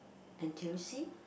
N_T_U_C